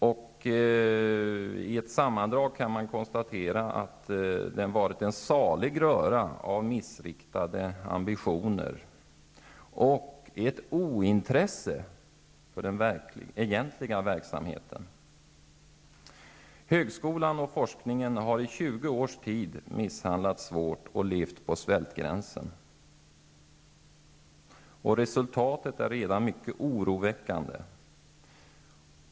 I ett sammandrag kan man konstatera att denna politik har varit en salig röra av missriktade ambitioner och ett ointresse för den egentliga verksamheten. Högskolan och forskningen har i 20 års tid misshandlats svårt och levt på svältgränsen. Resultatet är redan mycket oroväckande.